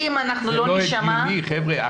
אם אנחנו לא נישמע --- חבר'ה,